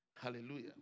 Hallelujah